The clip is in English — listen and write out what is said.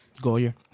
Goya